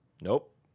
nope